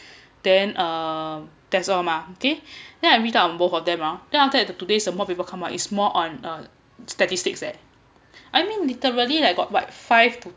then uh that's all mah okay then I read up on both of them ah then after that the mock paper come out is more on uh statistics eh I mean literally like got what five to